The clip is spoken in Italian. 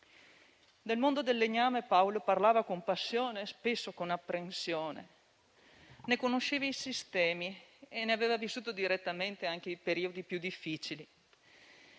Del mondo del legname Paolo parlava con passione, spesso con apprensione; ne conosceva i sistemi e ne aveva vissuto direttamente anche i periodi più difficili.